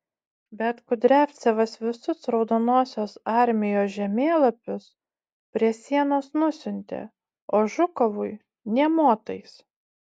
bet kudriavcevas visus raudonosios armijos žemėlapius prie sienos nusiuntė o žukovui nė motais